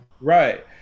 Right